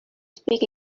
speak